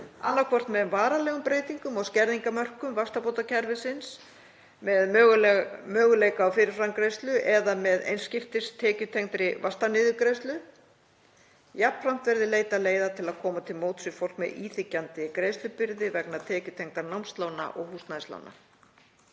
annaðhvort með varanlegum breytingum á skerðingarmörkum vaxtabótakerfisins með möguleika á fyrirframgreiðslu eða með einsskiptis tekjutengdri vaxtaniðurgreiðslu. Jafnframt verði leitað leiða til að koma til móts við fólk með íþyngjandi greiðslubyrði vegna tekjutengdra námslána og húsnæðislána.